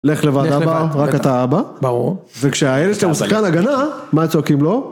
לך לבד אבא, רק אתה אבא, ברור, וכשהאלה שאתה שחקן הגנה, מה צועקים לו?